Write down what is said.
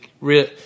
real